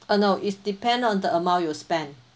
uh no it's depend on the amount you spent